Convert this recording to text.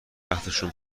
وقتشون